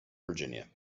virginia